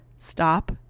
Stop